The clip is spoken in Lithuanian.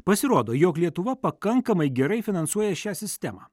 pasirodo jog lietuva pakankamai gerai finansuoja šią sistemą